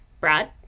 Brad